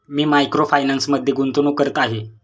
मी micro फायनान्समध्ये गुंतवणूक करत आहे